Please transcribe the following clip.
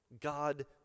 God